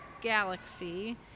galaxy